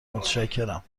متشکرم